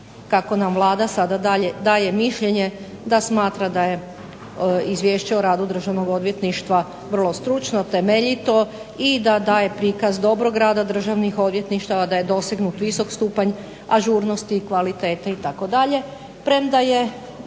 kako nam Vlada sada daje mišljenje da smatra da je izvješće o radu Državnog odvjetništva vrlo stručno, temeljito i da daje prikaz dobrog rada državnih odvjetništava, da je dosegnut visok stupanj ažurnosti i kvalitete itd.,